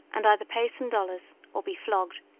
and either pay some dollars or be flogged.